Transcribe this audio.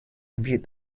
compute